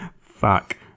Fuck